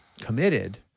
committed